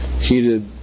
heated